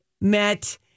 met